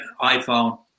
iPhone